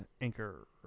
Anchor